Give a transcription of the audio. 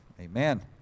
Amen